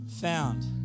found